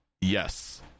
Yes